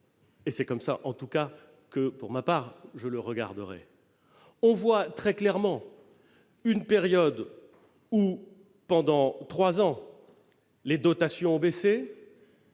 tout cas comme cela que, pour ma part, je le regarderais -, on voit très clairement une période où, pendant trois ans, les dotations ont baissé,